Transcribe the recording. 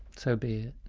so be it.